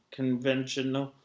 conventional